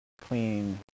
clean